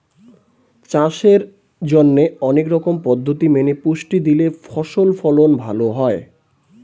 চাষের জন্যে অনেক রকম পদ্ধতি মেনে পুষ্টি দিলে ফসল ফলন ভালো হয়